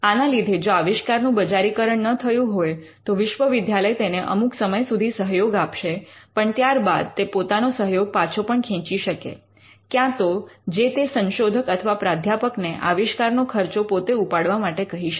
આના લીધે જો આવિષ્કારનું બજારીકરણ ન થયું હોય તો વિશ્વવિદ્યાલય તેને અમુક સમય સુધી સહયોગ આપશે પણ ત્યારબાદ તે પોતાનો સહયોગ પાછો પણ ખેંચી શકે કાં તો જે તે સંશોધક અથવા પ્રાધ્યાપકને આવિષ્કાર નો ખર્ચો પોતે ઉપાડવા માટે કહી શકે